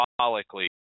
symbolically